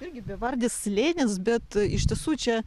irgi bevardis slėnis bet iš tiesų čia